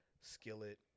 Skillet